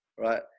Right